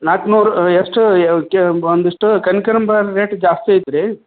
ನಾಲ್ಕುನೂರು ಎಷ್ಟು ಒಂದಿಷ್ಟು ಕನ್ಕಾಂಬ್ರ ರೇಟ್ ಜಾಸ್ತಿ ಐತಿ ರೀ